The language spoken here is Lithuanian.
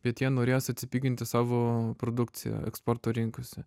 bet jie norės atsipiginti savo produkciją eksporto rinkose